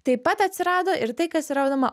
taip pat atsirado ir tai kas yra vadinama